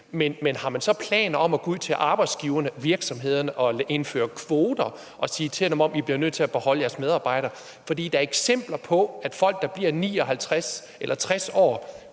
Men har man så planer om at gå ud til arbejdsgiverne og virksomhederne og indføre kvoter og sige til dem: I bliver nødt til at beholde jeres medarbejdere? For der er eksempler på, at folk, der bliver 59 år eller 60 år,